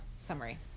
summary